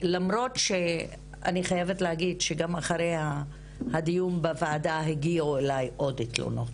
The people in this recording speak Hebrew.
אני חייבת להגיד שגם אחרי הדיון בוועדה הגיעו אלי עוד תלונות,